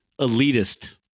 elitist